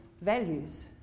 values